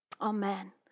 Amen